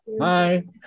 hi